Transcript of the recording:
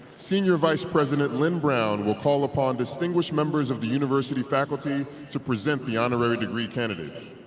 senior vice president lynne brown will call upon distinguished members of the university faculty to present the honorary degree candidates.